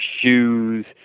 shoes